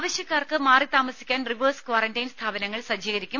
ആവശ്യക്കാർക്ക് മാറി താമസിക്കാൻ റിവേഴ്സ് ക്വാറന്റൈൻ സ്ഥാപനങ്ങൾ സജ്ജീകരിക്കും